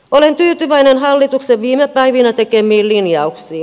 olen tyytyväinen hallituksen viime päivinä tekemiin linjauksiin